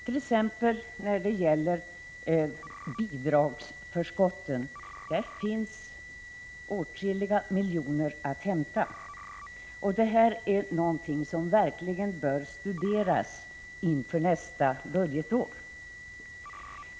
När det gäller t.ex. bidragsförskotten finns åtskilliga miljoner att hämta. Detta är någonting som verkligen bör studeras noga inför nästa budgetår.